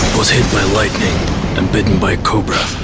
was hit by lightning and bitten by a cobra.